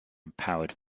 empowered